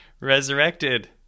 resurrected